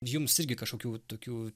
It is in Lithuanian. jums irgi kažkokių tokių